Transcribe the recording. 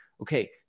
Okay